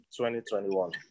2021